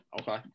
Okay